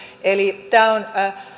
eli tämä on